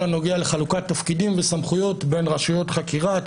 הנוגע לחלוקת תפקידים וסמכויות בין רשויות חקירה,